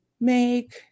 make